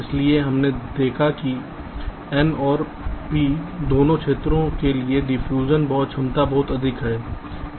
इसलिए हमने देखा है कि n और p दोनों क्षेत्रों के लिए डिफ्यूजन क्षमता बहुत अधिक है